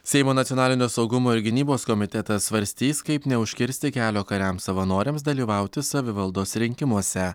seimo nacionalinio saugumo ir gynybos komitetas svarstys kaip neužkirsti kelio kariams savanoriams dalyvauti savivaldos rinkimuose